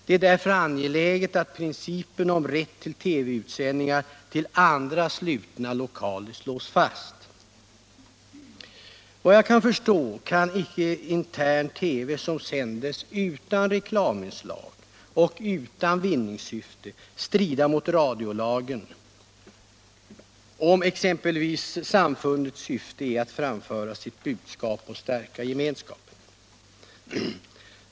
Det är därför angeläget att principen om rätt till TV-utsändningar till andra slutna lokaler slås fast. Vad jag kan förstå kan icke intern-TV som sänds utan reklaminslag och utan vinningssyfte strida mot radiolagen, om exempelvis samfundets syfte är att framföra sitt budskap och stärka gemenskapen.